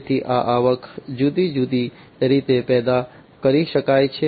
તેથી આ આવક જુદી જુદી રીતે પેદા કરી શકાય છે